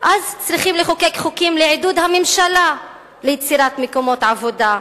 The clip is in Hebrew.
אז צריכים לחוקק חוקים לעידוד הממשלה ליצירת מקומות עבודה.